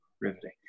Riveting